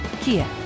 Kia